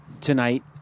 Tonight